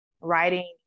writing